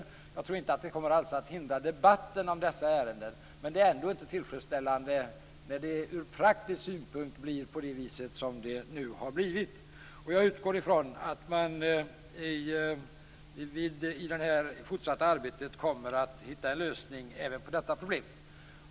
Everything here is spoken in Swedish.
Jag tror alltså inte att det kommer att hindra debatten om dessa ärenden. Men det är ändå inte tillfredsställande när det ur praktisk synpunkt blir som det nu har blivit. Jag utgår från att man i det fortsatta arbetet kommer att hitta en lösning även på detta problem.